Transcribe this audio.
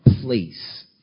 place